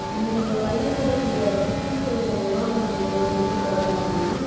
இன்றைக்கு எங்ள்க பள்ளிக்கூடத்தில் சுத்தம் செய்கிற முகாம் ஒன்று ஒம்பது மணிக்கு தொடங்கறோங்க மேம்